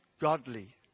godly